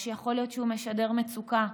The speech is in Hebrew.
או שיכול להיות שהוא משדר מצוקה,